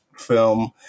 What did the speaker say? Film